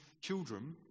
children